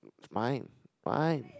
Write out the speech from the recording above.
mine mine